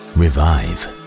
revive